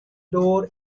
door